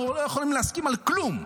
אנחנו לא יכולים להסכים על כלום,